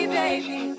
baby